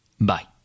Bye